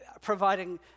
Providing